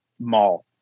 mall